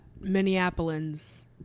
Minneapolis